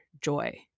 joy